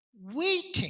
waiting